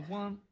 one